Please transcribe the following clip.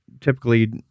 typically